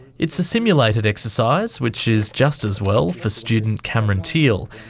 it's a simulated exercise, which is just as well for student cameron thiele.